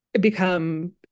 become